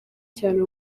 cyane